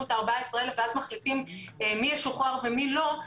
את ה-14,000 ואז מחליטים מי ישוחרר ומי לא.